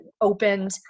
opened